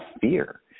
fear